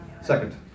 Second